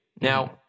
Now